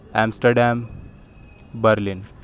Amsterdam Berlin